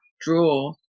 draw